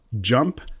Jump